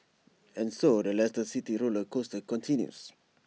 and so the Leicester city roller coaster continues